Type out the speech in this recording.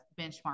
benchmark